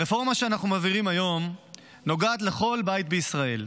הרפורמה שאנחנו מעבירים היום נוגעת לכל בית בישראל.